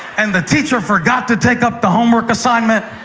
and the teacher forgot to take up the homework assignment,